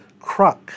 cruck